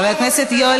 חבר הכנסת מיקי